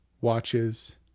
watches